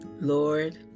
Lord